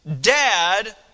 dad